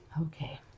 Okay